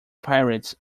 pirates